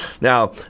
Now